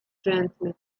gently